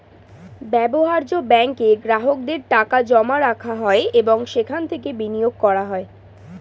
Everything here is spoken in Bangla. ব্যবহার্য ব্যাঙ্কে গ্রাহকদের টাকা জমা রাখা হয় এবং সেখান থেকে বিনিয়োগ করা হয়